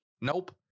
Nope